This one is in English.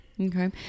okay